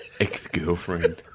ex-girlfriend